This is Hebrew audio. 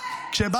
אתה פושע.